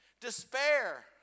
despair